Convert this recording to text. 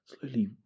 slowly